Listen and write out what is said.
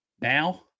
now